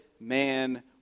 man